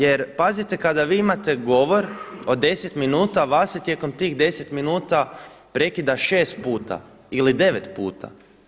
Jer pazite kada vi imate govor od 10 minuta vas se tijekom tih 10 minuta prekida šest puta ili 9 puta.